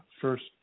first